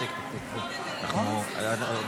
כנסת נכבדה,